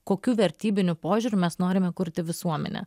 kokiu vertybiniu požiūriu mes norime kurti visuomenę